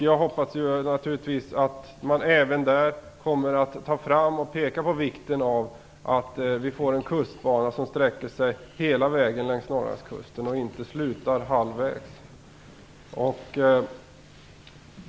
Jag hoppas att man även där kommer att ta fram och peka på vikten av att vi får en kustbana som sträcker sig hela vägen längs Norrlandskusten och inte slutar halvvägs.